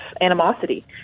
animosity